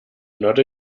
not